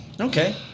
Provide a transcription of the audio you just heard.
Okay